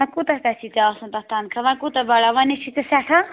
وۄنۍ کوٗتاہ گژھی ژےٚ آسُن تَتھ تَنخواہ وۄنۍ کوٗتاہ بَڑاو وَنے چھی ژےٚ سٮ۪ٹھاہ